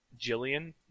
Jillian